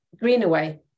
Greenaway